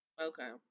Okay